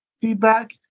feedback